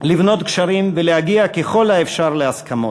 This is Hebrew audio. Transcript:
לבנות גשרים ולהגיע, ככל האפשר, להסכמות.